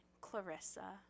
Clarissa